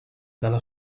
dalla